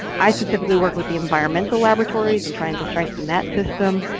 i specifically, work with the environmental laboratories in trying to strengthen that system,